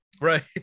right